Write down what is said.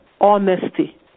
honesty